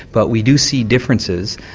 but we do see differences,